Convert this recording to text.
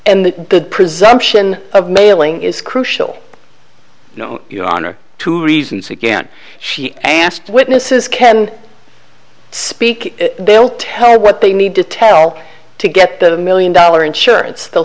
and the presumption of mailing is crucial no your honor two reasons again she asked witnesses ken speak they'll tell you what they need to tell to get the million dollar insurance they'll